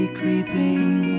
creeping